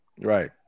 Right